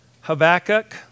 Habakkuk